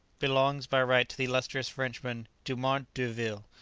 belongs by right to the illustrious frenchman dumont d'urville,